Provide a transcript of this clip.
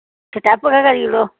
step गै करी ओड़ो